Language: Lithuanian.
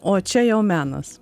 o čia jau menas